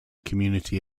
community